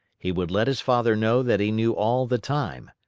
he would let his father know that he knew all the time.